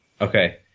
Okay